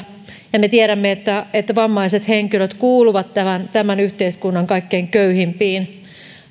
ja me tiedämme että että vammaiset henkilöt kuuluvat tämän yhteiskunnan kaikkein köyhimpiin